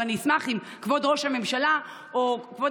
אבל אני אשמח אם כבוד ראש הממשלה או כבוד